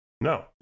No